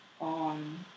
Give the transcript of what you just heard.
on